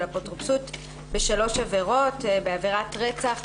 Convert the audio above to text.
אפוטרופסות בשלוש עבירות: עבירת רצח,